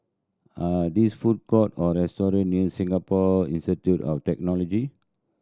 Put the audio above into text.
are these food court or restaurant near Singapore Institute of Technology